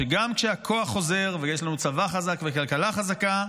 גם כשהכוח חוזר ויש לנו צבא חזק וכלכלה חזקה,